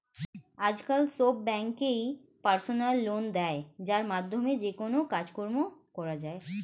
আজকাল সব ব্যাঙ্কই পার্সোনাল লোন দেয় যার মাধ্যমে যেকোনো কাজকর্ম করা যায়